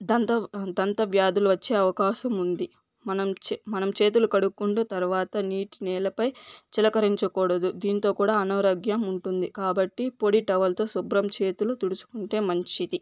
దంత దంత వ్యాధులు వచ్చే అవకాశం ఉంది మనం చే మనం చేతులు కడుక్కుంటూ తర్వాత నీటి నేలపై చిలకరించకూడదు దీంతో కూడా అనారోగ్యం ఉంటుంది కాబట్టి పొడి టవల్తో శుభ్రం చేతులు తుడుచుకుంటే మంచిది